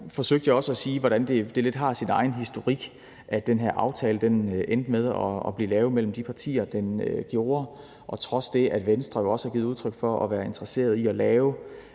forsøgte jeg også at sige, hvordan det har sin lidt egen historik, at den her aftale endte med at blive lavet mellem de partier, den gjorde. Trods det, at Venstre jo også har givet udtryk for at være interesseret i at lave